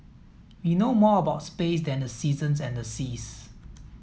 we know more about space than the seasons and the seas